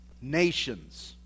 nations